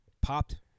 popped